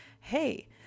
hey